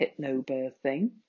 hypnobirthing